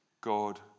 God